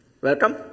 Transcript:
Welcome